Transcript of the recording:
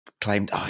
claimed